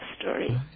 story